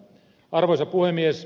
arvoisa puhemies